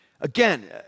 again